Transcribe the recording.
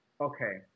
Okay